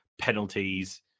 penalties